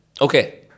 Okay